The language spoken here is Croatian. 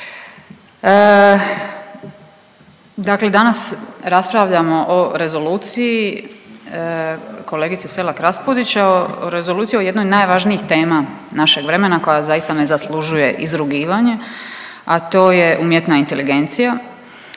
Dakle, danas raspravljamo o rezoluciji kolegice Selak-Raspudić, o rezoluciji o jednoj od najvažnijih tema našeg vremena koja zaista ne zaslužuje izrugivanje, a to je umjetna inteligencija.